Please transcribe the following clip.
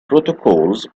protocols